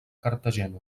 cartagena